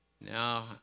Now